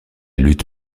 lutte